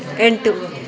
ಎಂಟು